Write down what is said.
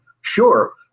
Sure